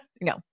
no